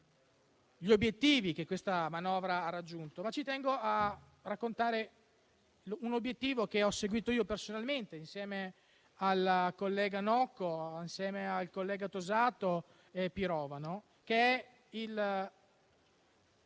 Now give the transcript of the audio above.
gli obiettivi che questa manovra ha raggiunto, ma ci tengo a raccontare un obiettivo che ho seguito io personalmente, insieme ai colleghi Nocco, Tosato e Pirovano.